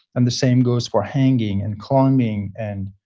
and the same goes for hanging and climbing and